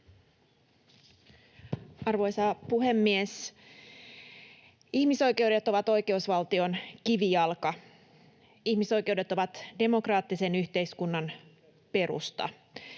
Arvoisa puhemies! Ihmisoikeudet ovat oikeusvaltion kivijalka. Ihmisoikeudet ovat demokraattisen yhteiskunnan perusta.